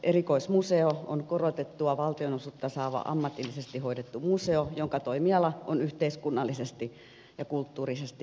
erikoismuseo on korotettua valtionosuutta saava ammatillisesti hoidettu museo jonka toimiala on yhteiskunnallisesti ja kulttuurisesti merkittävä